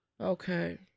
Okay